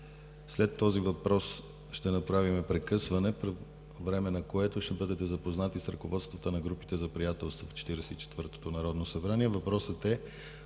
След този въпрос ще направим прекъсване, по време на което ще бъдете запознати с ръководствата на групите за приятелства в Четиридесет и четвъртото Народно събрание. Въпросът е